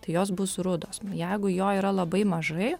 tai jos bus rudos jeigu jo yra labai mažai